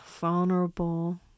vulnerable